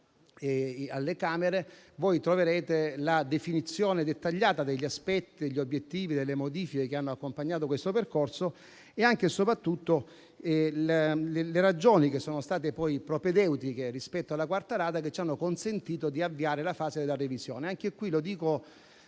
alle Camere, troverete la definizione dettagliata degli aspetti, degli obiettivi, delle modifiche che hanno accompagnato questo percorso e anche e soprattutto delle ragioni propedeutiche rispetto alla quarta rata, che ci hanno consentito di avviare la fase della revisione. Anche qui, dico